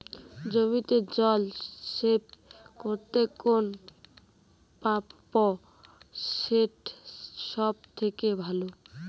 জমিতে জল সেচ করতে কোন পাম্প সেট সব থেকে ভালো?